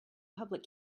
public